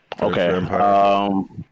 Okay